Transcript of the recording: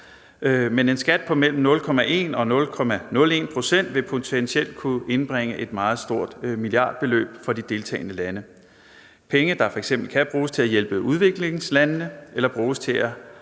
men en skat på mellem 0,1 og 0,01 pct. vil potentielt kunne indbringe et meget stort milliardbeløb for de deltagende lande – penge, der f.eks. kan bruges til at hjælpe udviklingslandene eller bruges til at